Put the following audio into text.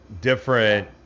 different